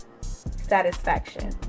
satisfaction